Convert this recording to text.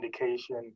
indication